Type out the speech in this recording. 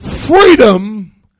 Freedom